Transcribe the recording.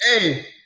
Hey